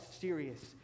serious